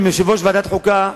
אני מסכים עם יושב-ראש ועדת חוקה,